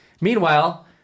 Meanwhile